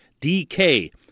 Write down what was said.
DK